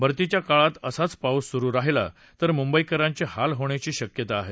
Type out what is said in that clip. भरतीच्या काळात असाच पाऊस सुरू राहिला तर मुंबईकरांचे हाल होण्याची शक्यता आहे